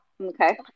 Okay